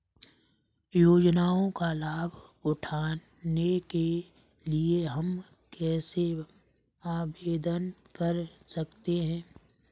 योजनाओं का लाभ उठाने के लिए हम कैसे आवेदन कर सकते हैं?